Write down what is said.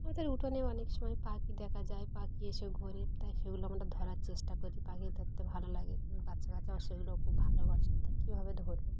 আমাদের উঠোনে অনেক সময় পাখি দেখা যায় পাখি এসে ঘরে তাই সেগুলো আমরা ধরার চেষ্টা করি পাখি ধরতে ভালো লাগে বাচ্চা কাচ্চাও সেগুলো খুব ভালোবাসে তো কীভাবে ধরবো